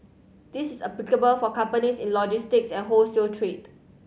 this is applicable for companies in logistics and wholesale trade